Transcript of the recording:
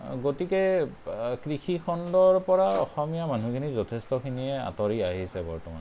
গতিকে কৃষি খণ্ডৰপৰা অসমীয়া মানুহখিনি যথেষ্টখিনিয়ে আঁতৰি আহিছে বৰ্তমান